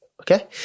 Okay